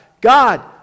God